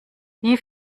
wie